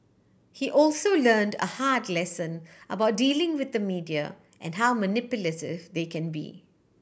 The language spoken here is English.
he also learned a hard lesson about dealing with the media and how manipulative they can be